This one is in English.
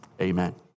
Amen